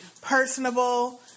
personable